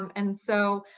um and so